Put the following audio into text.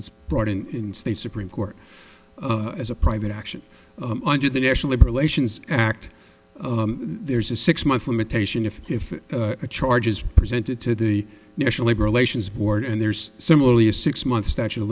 it's brought in state supreme court as a private action under the national labor relations act there's a six month limitation if if a charge is presented to the national labor relations board and there's similarly a six month statute of